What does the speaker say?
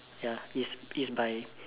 ya it's it's by